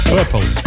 Purple